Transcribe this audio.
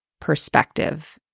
perspective